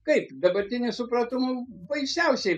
kaip dabartiniu supratimu baisiausiai